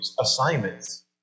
assignments